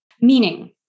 Meaning